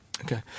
Okay